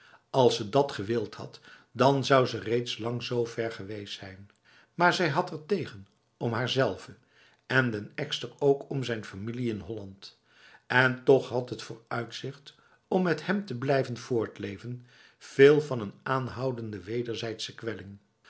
als ze dat gewild had dan zou ze reeds lang zo ver geweest zijn maar zij had ertegen om haarzelve en den ekster ook om zijn familie in holland en toch had het vooruitzicht om met hem te blijven voortleven veel van een aanhoudende wederzijdse